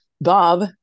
Bob